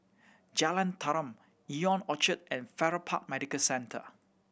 Jalan Tarum Ion Orchard and Farrer Park Medical Centre